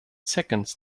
seconds